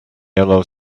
yellow